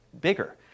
bigger